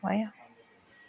भयो